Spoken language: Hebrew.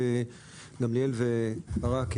גמליאל וברק,